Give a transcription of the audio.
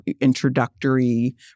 introductory